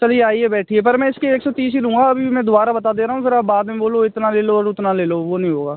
चलिए आइए बैठिए पर मैं इसके एक सौ तीस ही लूँगा अभी मैं दोबारा बता दे रहा हूँ फिर आप बाद में बोलो इतना ले लो और उतना ले लो वो नहीं होगा